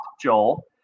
Joel